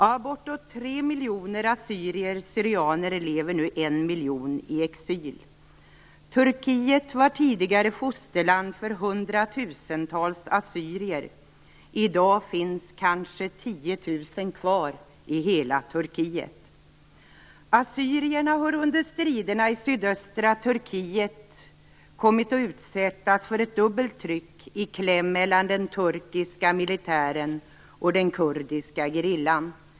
Av bortåt 3 miljoner assyrier/syrianer lever 1 miljon i exil. Turkiet var tidigare fosterland för hundratusentals assyrier. I dag finns kanske 10 000 kvar i hela Turkiet. Assyrierna har under striderna i sydöstra Turkiet kommit att utsättas för ett dubbelt tryck i kläm mellan den turkiska militären och den kurdiska gerillan.